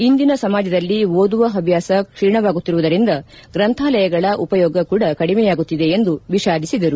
ಇಂದಿನ ಸಮಾಜದಲ್ಲಿ ಓದುವ ಹವ್ಯಾಸ ಕ್ಷೀಣವಾಗುತ್ತಿರುವುದರಿಂದ ಗ್ರಂಥಾಲಯಗಳ ಉಪಯೋಗ ಕೂಡ ಕಡಿಮೆಯಾಗುತ್ತಿದೆ ಎಂದು ವಿಷಾದಿಸಿದರು